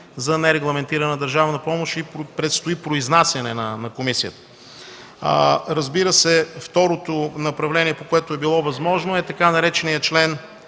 за нерегламентирана държавна помощ и предстои произнасяне на комисията. Второто направление, по което е било възможно, е така нареченият